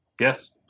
Yes